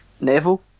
Neville